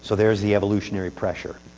so, there's the evolutionary pressure.